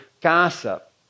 gossip